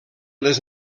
les